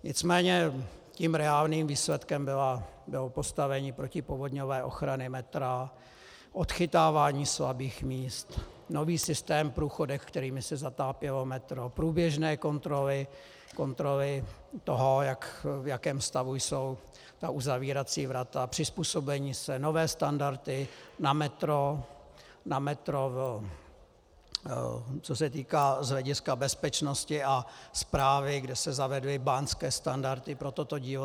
Nicméně reálným výsledkem bylo postavení protipovodňové ochrany metra, odchytávání slabých míst, nový systém v průchodech, kterými se zatápělo metro, průběžné kontroly, v jakém stavu jsou uzavírací vrata, přizpůsobení se, nové standardy na metro, co se týká z hlediska bezpečnosti a správy, kde se zavedly báňské standardy pro toto dílo.